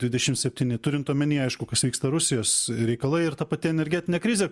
dvidešim septyni turint omeny aišku kas vyksta rusijos reikalai ir ta pati energetinė krizė